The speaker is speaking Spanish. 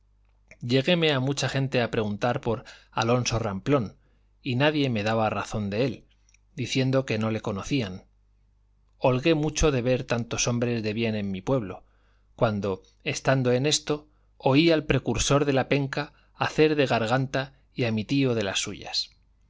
lleguéme a mucha gente a preguntar por alonso ramplón y nadie me daba razón de él diciendo que no le conocían holgué mucho de ver tantos hombres de bien en mi pueblo cuando estando en esto oí al precursor de la penca hacer de garganta y a mi tío de las suyas